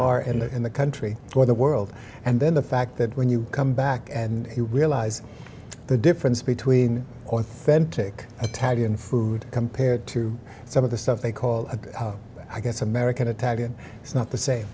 are in the in the country or the world and then the fact that when you come back and you realize the difference between authentic tatty and food compared to some of the stuff they call a i guess american a tag and it's not the same